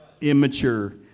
immature